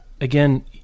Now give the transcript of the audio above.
Again